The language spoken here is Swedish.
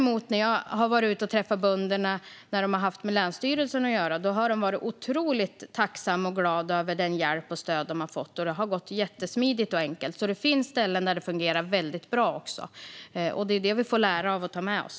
Men när jag har varit ute och träffat bönder som haft med länsstyrelsen att göra har de varit otroligt tacksamma och glada över den hjälp och det stöd de har fått. Det har gått jättesmidigt och enkelt. Det finns alltså ställen där det fungerar väldigt bra också, och det är det vi får lära av och ta med oss.